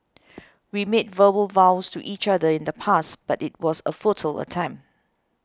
we made verbal vows to each other in the past but it was a futile attempt